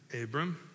Abram